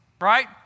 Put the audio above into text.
Right